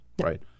right